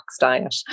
diet